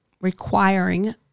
requiring